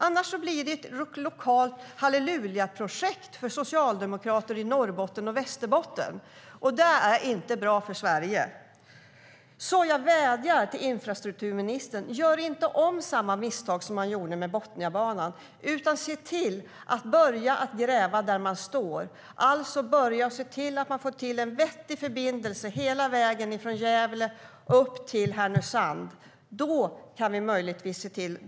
Annars blir det ett lokalt hallelujaprojekt för socialdemokrater i Norrbotten och Västerbotten, och det är inte bra för Sverige.Jag vädjar till infrastrukturministern: Gör inte om samma misstag som man gjorde med Botniabanan! Se till att börja gräva där man står! Börja alltså med att få till stånd en vettig förbindelse hela vägen från Gävle upp till Härnösand!